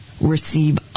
receive